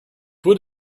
would